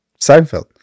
Seinfeld